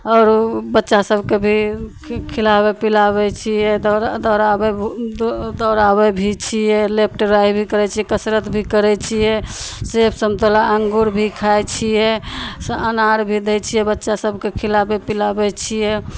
आओर ओ बच्चा सभकेँ भी खिलाबै पिलाबै छिए दौड़ दौड़ाबै दौड़ाबै भी छिए लेफ्ट राइट भी करै छिए कसरत भी करै छिए सेब समतोला अङ्गूर भी खाइ छिए अनार भी दै छिए बच्चा सभकेँ खिलाबै पिलाबै छिए